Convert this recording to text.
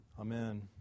Amen